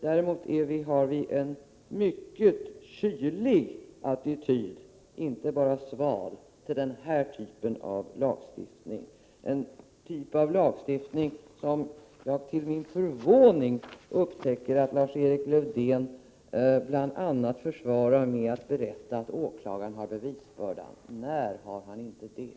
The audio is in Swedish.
Däremot har vi en mycket kylig attityd — inte bara sval — till den här typen av lagstiftning, som jag till min förvåning upptäcker att Lars-Erik Lövdén bl.a. försvarar med att berätta att åklagaren har bevisbördan. När har han inte det?